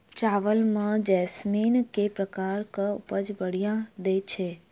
चावल म जैसमिन केँ प्रकार कऽ उपज बढ़िया दैय छै?